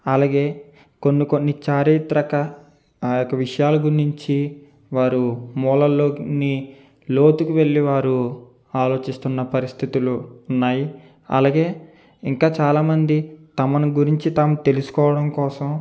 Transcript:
అలాగే కొన్ని కొన్ని చారిత్రక ఆ ఒక విషయాల గురించి వారు మూలల్లోకి నీ లోతుకు వెళ్లివారు ఆలోచిస్తున్న పరిస్థితులు ఉన్నాయి అలాగే ఇంకా చాలామంది తమను గురించి తాము తెలుసుకోవడం కోసం